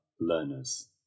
learners